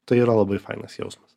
tai yra labai fainas jausmas